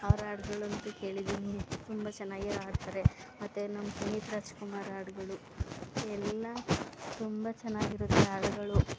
ಅವ್ರ ಹಾಡ್ಗಳಂತೂ ಕೇಳಿದ್ದೀನಿ ತುಂಬ ಚೆನ್ನಾಗಿ ಹಾಡ್ತಾರೆ ಮತ್ತು ನಮ್ಮ ಪುನೀತ್ ರಾಜ್ಕುಮಾರ್ ಹಾಡ್ಗಳು ಎಲ್ಲ ತುಂಬ ಚೆನ್ನಾಗಿರತ್ತೆ ಹಾಡ್ಗಳು